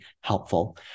helpful